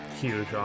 Huge